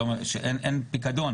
שאין פיקדון,